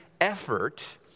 effort